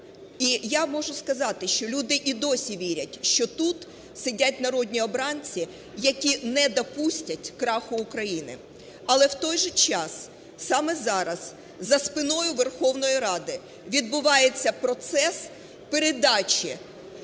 І я можу сказати, що люди і досі вірять, що тут сидять народні обранці, які не допустять краху України. Але в той же час саме зараз за спиною Верховної Ради відбувається процес передачі